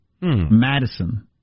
Madison